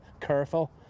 careful